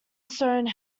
stone